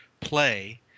play –